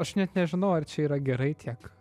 aš net nežinau ar čia yra gerai tiek